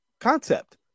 concept